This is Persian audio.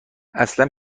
اصلا